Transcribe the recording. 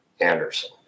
Anderson